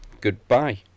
Goodbye